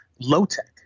low-tech